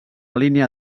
línia